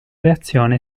reazione